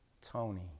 Tony